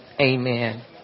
Amen